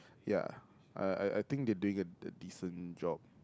ya I I think they are doing a decent job